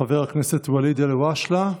חבר הכנסת ואליד אלהואשלה,